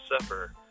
Supper